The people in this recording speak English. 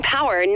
Power